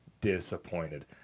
disappointed